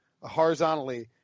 horizontally